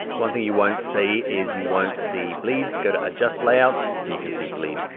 one thing you won't see is you won't see bleeds, go to adjust layout and you can see bleed.